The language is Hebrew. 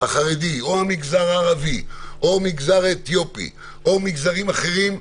החרדי או המגזר הערבי או המגזר האתיופי או מגזרים אחרים,